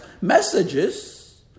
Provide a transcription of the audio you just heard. messages